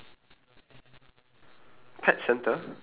ye~ wait wait wait what pet centre